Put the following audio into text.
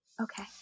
Okay